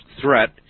threat